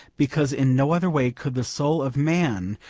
because in no other way could the soul of man,